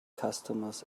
customers